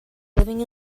living